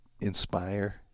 inspire